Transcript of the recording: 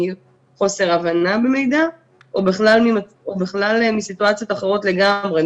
מחוסר הבנה במידע או בכלל מסיטואציות אחרות לגמרי.